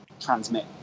transmit